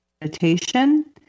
Meditation